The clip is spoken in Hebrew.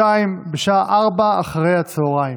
לא תם סדר-היום.